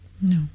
No